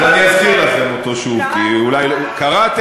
אז אזכיר לכם אותו שוב, כי אולי לא, קראנו.